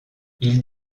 ils